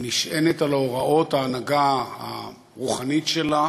נשענת על הוראות ההנהגה הרוחנית שלה